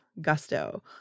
gusto